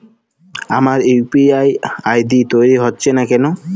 আমার UPI ID তৈরি হচ্ছে না কেনো?